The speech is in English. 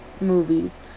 movies